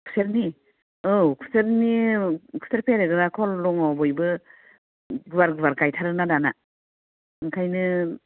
खुसेरनि औ खुसेरनि खुसेर फेरेबग्रा खल दङ बयबो गुवार गुवार गायथारोना दानिया ओंखायनो